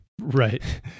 Right